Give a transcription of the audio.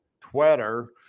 Twitter